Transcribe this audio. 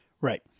Right